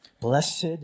Blessed